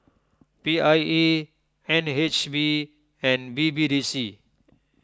P I E N H B and B B D C